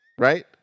Right